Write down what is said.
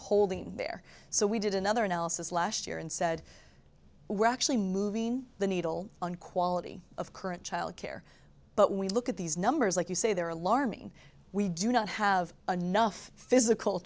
holding there so we did another analysis last year and said we're actually moving the needle on quality of current childcare but when we look at these numbers like you say there are alarming we do not have anough physical